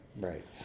Right